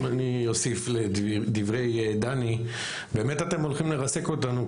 אם אני אוסיף לדברי דני: באמת אתם הולכים לרסק אותנו.